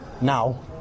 now